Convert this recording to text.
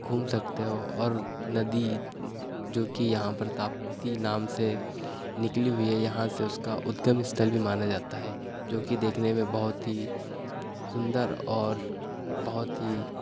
घूम सकते हो और नदी जो कि यहाँ पर ताप्ती नाम से निकली हुई है यहाँ से उसका उद्गम स्थल भी माना जाता है जो कि देखने में बहुत ही सुंदर और बहुत ही